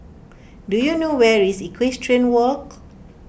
do you know where is Equestrian Walk